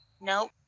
No